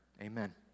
amen